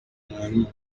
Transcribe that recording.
mwarimu